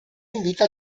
invita